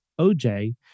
OJ